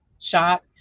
shot